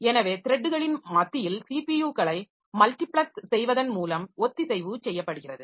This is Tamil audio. எனவே த்ரெட்களின் மத்தியில் ஸிபியுக்களை மல்டிபிளக்ஸ் செய்வதன் மூலம் ஒத்திசைவு செய்யப்படுகிறது